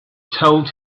told